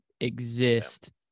exist